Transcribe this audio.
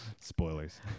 Spoilers